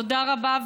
תודה רבה,